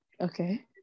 Okay